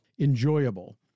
enjoyable